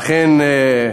אכן,